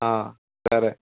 సరే